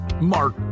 Mark